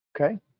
Okay